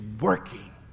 working